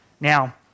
Now